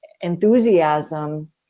enthusiasm